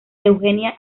eugenia